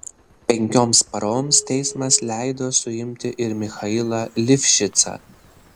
penkioms paroms teismas leido suimti ir michailą livšicą